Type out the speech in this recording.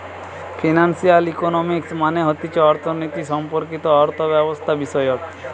financial economics মানে হতিছে অর্থনীতি সম্পর্কিত অর্থব্যবস্থাবিষয়ক